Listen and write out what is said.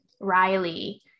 Riley